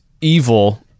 evil